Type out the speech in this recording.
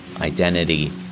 identity